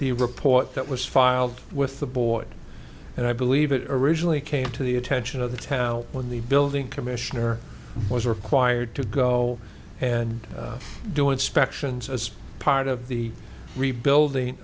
the report that was filed with the boy and i believe it originally came to the attention of the tao when the building commissioner was required to go and do inspections as part of the rebuilding